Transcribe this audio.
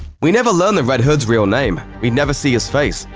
we never learn the red hood's real name, we never see his face.